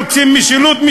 רוצים משילות,